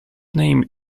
name